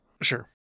Sure